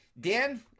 Dan